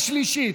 לקריאה שלישית.